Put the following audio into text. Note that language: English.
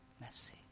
messy